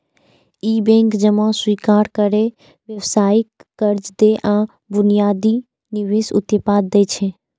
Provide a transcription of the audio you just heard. ई bank जमा स्वीकार करै, व्यावसायिक कर्ज दै आ बुनियादी निवेश उत्पाद दै छै